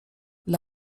dla